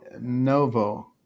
novo